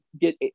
get